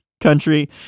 country